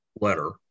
letter